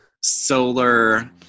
solar